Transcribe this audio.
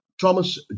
Thomas